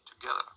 together